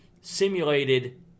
simulated